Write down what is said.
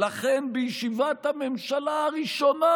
"לכן, בישיבת הממשלה הראשונה"